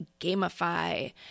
gamify